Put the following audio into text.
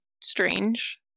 strange